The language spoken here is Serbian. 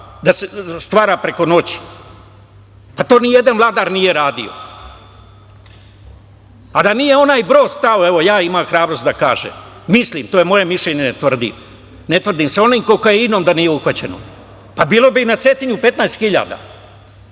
da se stvara preko noći? To nijedan vladar nije radio, a da nije onaj Broz, evo ja imam hrabrosti da kažem, mislim, to je moje mišljenje, ne tvrdim, sa onim kokainom da nije uhvaćen, bilo bi na Cetinju 15